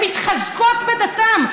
הן מתחזקות בדתן.